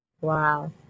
wow